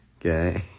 okay